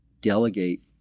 delegate